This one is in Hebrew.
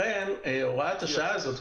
הוראת השעה הזאת,